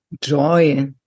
Joy